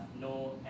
no